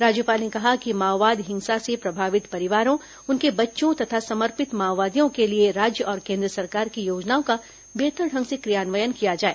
राज्यपाल ने कहा कि माओवाद हिंसा से प्रभावित परिवारों उनके बच्चों तथा समर्पित माओवादियों के लिए राज्य और केन्द्र सरकार की योजनाओं का बेहतर ढंग से क्रियान्वयन किया जाए